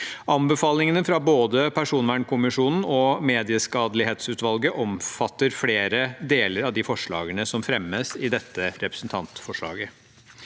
Anbefalingene fra både personvernkommisjonen og medieskadelighetsutvalget omfatter flere deler av forslagene som fremmes i dette representantforslaget.